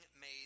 made